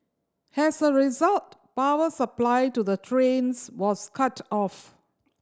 as a result power supply to the trains was cut off